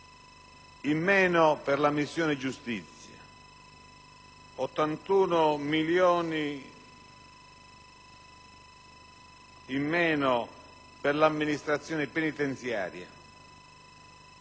in meno per la missione giustizia; 81 milioni in meno per l'Amministrazione penitenziaria;